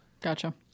Gotcha